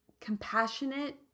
compassionate